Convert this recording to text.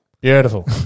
Beautiful